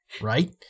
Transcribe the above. right